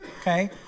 Okay